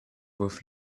with